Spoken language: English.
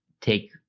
take